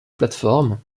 plateformes